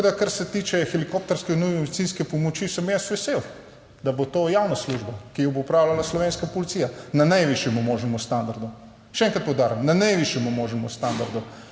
Tako da kar se tiče helikopterske nujne medicinske pomoči, sem jaz vesel, da bo to javna služba, ki jo bo opravljala slovenska policija na najvišjem možnem standardu, še enkrat poudarjam, na najvišjem možnem standardu.